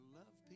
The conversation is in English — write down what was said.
love